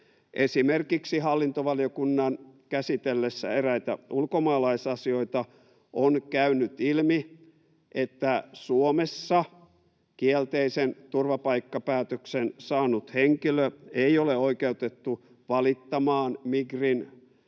Esimerkiksi hallintovaliokunnan käsitellessä eräitä ulkomaalaisasioita on käynyt ilmi, että Suomessa kielteisen turvapaikkapäätöksen saanut henkilö ei ole oikeutettu valittamaan Migrin